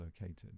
located